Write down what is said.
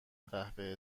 قوه